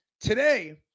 today